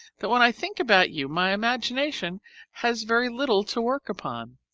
that when i think about you, my imagination has very little to work upon.